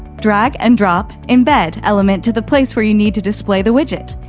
drag and drop embed element to the place where you need to display the widget.